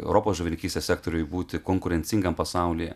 europos žuvininkystės sektoriui būti konkurencingam pasaulyje